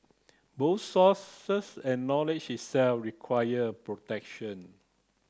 both sources and knowledge itself require protection